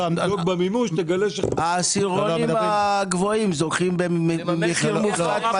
העשירונים הגבוהים זוכים במחיר מופחת מטרה.